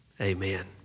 Amen